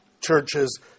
Churches